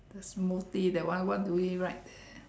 the small tea that one what do we write